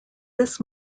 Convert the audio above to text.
this